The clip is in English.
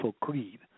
Creed